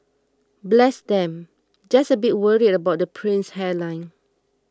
bless them just a bit worried about the prince's hairline